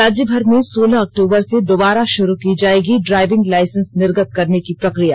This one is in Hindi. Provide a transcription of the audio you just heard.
राज्य भर में सोलह अक्टूबर से दोबारा शुरू की जाएगी ड्राइविंग लाइसेन्स निर्गत करने की प्रक्रिया